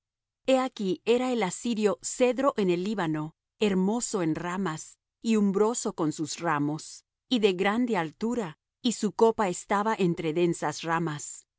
he aquí era el asirio cedro en el líbano hermoso en ramas y umbroso con sus ramos y de grande altura y su copa estaba entre densas ramas